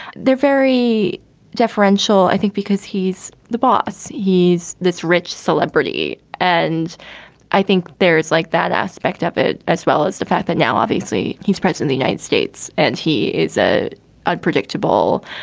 they're very deferential, i think, because he's the boss. he's this rich celebrity. and i think there's like that aspect of it, as well as the fact that now obviously he's prince in the united states and he is a ah predictable,